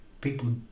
people